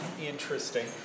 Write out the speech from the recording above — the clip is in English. Interesting